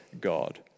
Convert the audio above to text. God